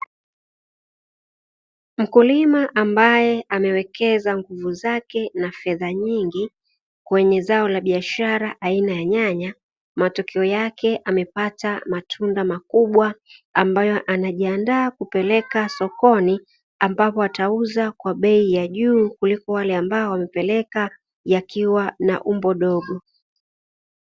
Mkulima ambaye amewekeza nguvu zake na fedha nyingi kwenye zao la biashara la aina ya nyanya, matokeo yake amepata matunda makubwa ambayo anajiandaa kupeleka sokoni, ambapo atauza kwa bei ya juu kuliko wale ambao wamepeleka yakiwa na umbo dogo.